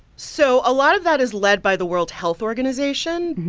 so a lot of that is led by the world health organization.